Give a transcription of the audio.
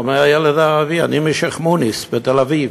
אומר הילד הערבי: אני משיח'-מוניס בתל-אביב.